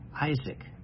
Isaac